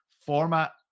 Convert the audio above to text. format